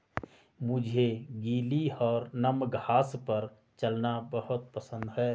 मुझे गीली और नम घास पर चलना बहुत पसंद है